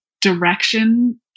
direction